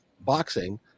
boxing